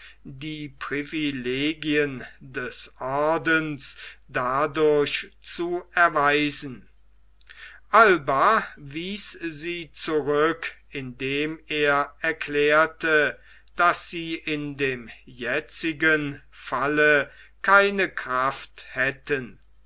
die privilegien des ordens dadurch zu erweisen alba wies sie zurück indem er erklärte daß sie in dem jetzigen falle keine kraft hätten